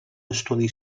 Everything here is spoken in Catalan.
estudi